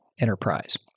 enterprise